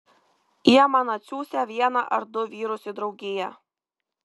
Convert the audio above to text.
jie man atsiųsią vieną ar du vyrus į draugiją